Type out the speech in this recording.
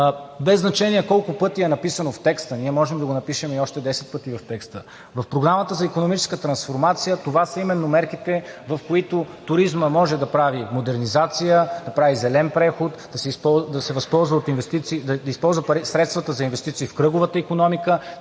Без значение е колко пъти е написано в текста, ние можем да го напишем и още 10 пъти в текста. В Програмата за икономическа трансформация това са именно мерките, в които туризмът може да прави модернизация, да прави зелен преход, да използва средствата за инвестиции в кръговата икономика.